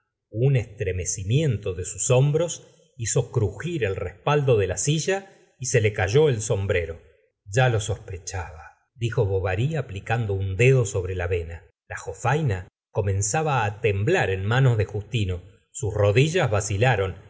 un estremecimiento de sus hombros hizo crugir el respaldo de la silla y se le cayó el sombrero ya lo sospechaba dijo bovary aplicando un dedo sobre la vena la jofaina comenzaba temblar en manos de justino sus rodillas vacilaron